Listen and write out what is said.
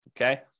Okay